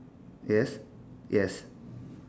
yes yes